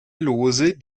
lose